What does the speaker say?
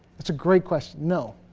it's a great question though